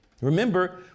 Remember